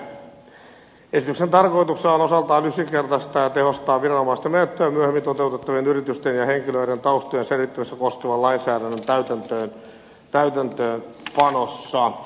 esityksen tarkoituksena on osaltaan yksinkertaistaa ja tehostaa viranomaisten menettelyjä myöhemmin toteutettavan yritysten ja henkilöiden taustojen selvittämistä koskevan lainsäädännön täytäntöönpanossa